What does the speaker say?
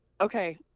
okay